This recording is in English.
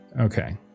Okay